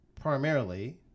primarily